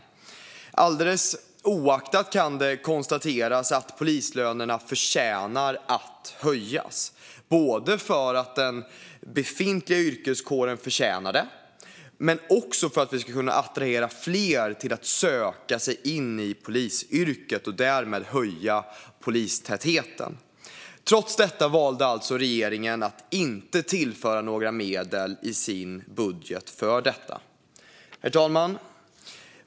Oavsett vilket kan det konstateras att polislönerna förtjänar att höjas, både för att den befintliga yrkeskåren förtjänar det och för att vi ska kunna attrahera fler till att söka sig till polisyrket och därmed höja polistätheten. Trots detta valde alltså regeringen att inte tillföra några medel för detta i sin budget. Herr talman!